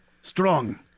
strong